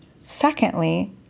secondly